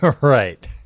Right